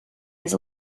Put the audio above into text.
his